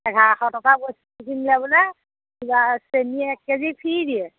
এঘাৰশ টকা বস্তু কিনিলে বোলে কিবা চেনি এক কেজি ফ্ৰী দিয়ে